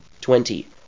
Twenty